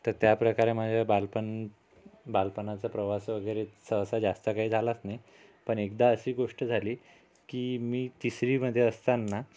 तर त्या प्रकारे माझं बालपण बालपणाचा प्रवास वगैरे सहसा जास्त काही झालाच नाही पण एकदा अशी गोष्ट झाली की मी तिसरीमध्ये असताना